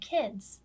kids